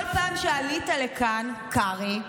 כל פעם שעלית לכאן, קרעי,